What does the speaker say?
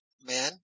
Man